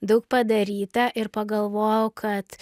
daug padaryta ir pagalvojau kad